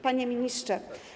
Panie Ministrze!